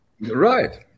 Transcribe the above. Right